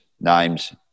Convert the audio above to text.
names